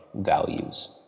values